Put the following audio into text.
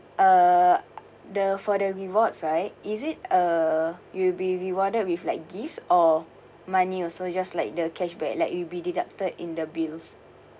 uh the for the rewards right is it uh you will be rewarded with like gifts or money also just like the cashback like you'll be deducted in the bills